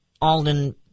Alden